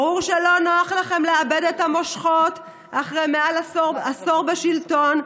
ברור שלא נוח לכם לאבד את המושכות אחרי מעל עשור בשלטון,